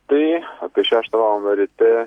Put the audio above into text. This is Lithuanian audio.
tai apie šeštą valandą ryte